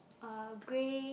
uh grey